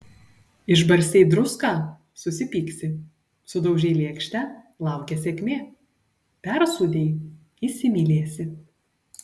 išbarstei druską susipyksi sudaužei lėkštę laukia sėkmė persūdei įsimylėsi